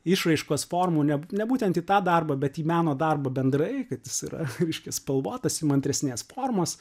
išraiškos formų ne ne būtent tą darbą bet į meno darbą bendrai kad jis yra reiškia spalvotas įmantresnės formos